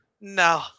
No